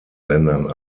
ländern